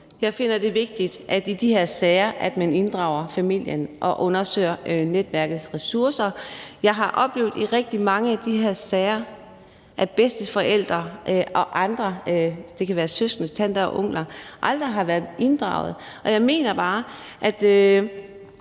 Jeg finder det vigtigt, at man i de her sager inddrager familien og undersøger netværkets ressourcer. Jeg har oplevet i rigtig mange af de her sager, at bedsteforældre og andre – det kan være søskende, tanter, onkler – aldrig har været inddraget. Og jeg mener bare, at